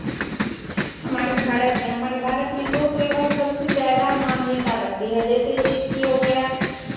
हमारे भारत में हमारे भारत में दो त्यौहार सबसे ज़्यादा मान्यता रखती है जो जैसे एक ये हो गया